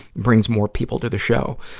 brings more people to the show.